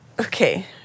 Okay